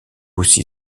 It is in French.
aussi